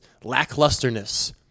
lacklusterness